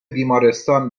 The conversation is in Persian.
بیمارستان